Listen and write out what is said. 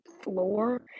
floor